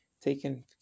taken